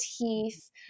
teeth